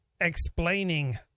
explaining